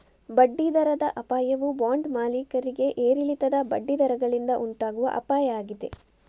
ಬಡ್ಡಿ ದರದ ಅಪಾಯವು ಬಾಂಡ್ ಮಾಲೀಕರಿಗೆ ಏರಿಳಿತದ ಬಡ್ಡಿ ದರಗಳಿಂದ ಉಂಟಾಗುವ ಅಪಾಯ ಆಗಿದೆ